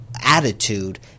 attitude